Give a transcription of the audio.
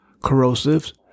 corrosives